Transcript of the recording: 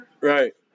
Right